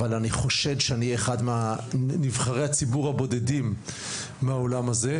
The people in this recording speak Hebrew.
אבל אני חושד שאני אחד מנבחרי הציבור הבודדים מהעולם הזה,